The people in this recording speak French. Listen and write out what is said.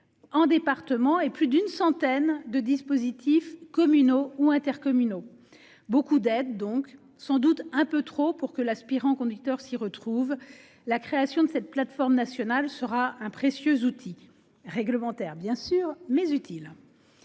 départementaux et plus d'une centaine de dispositifs communaux ou intercommunaux. Beaucoup d'aides donc, sans doute un peu trop pour que l'aspirant conducteur s'y retrouve. La création de cette plateforme nationale sera donc un précieux outil, de nature réglementaire bien sûr, mais utile.